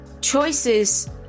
choices